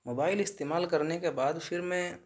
mobile استعمال کرنے کے بعد پھر میں